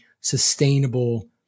sustainable